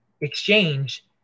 exchange